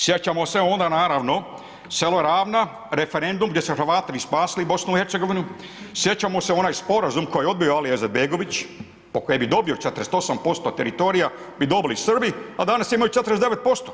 Sjećamo onda naravno selo Ravno, referendum gdje su Hrvati spasili BiH, sjećamo se onaj sporazum koji je odbio Alija Izetbegović po kojem bi dobio 48% teritorija bi dobili Srbi a danas imaju 49%